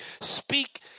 speak